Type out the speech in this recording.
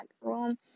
room